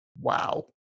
wow